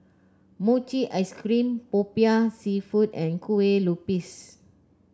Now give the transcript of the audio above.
Mochi Ice Cream popiah seafood and Kue Lupis